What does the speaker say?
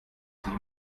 sich